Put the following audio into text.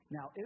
Now